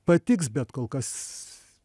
patiks bet kol kas